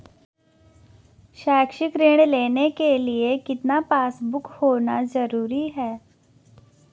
शैक्षिक ऋण लेने के लिए कितना पासबुक होना जरूरी है?